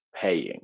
paying